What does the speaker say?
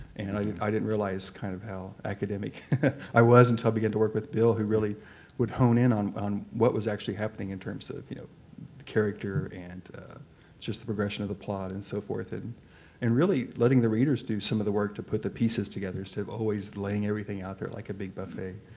and i i didn't realize kind of how academic i was until i began to work with bill who really would hone in on on what was actually happening in terms of you know the character and just the progression of the plot and so forth, and really letting the readers do some of the work to put the pieces together instead of always laying everything out there like a big buffet.